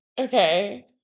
okay